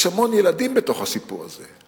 יש המון ילדים בתוך הסיפור הזה,